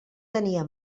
tenia